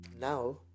now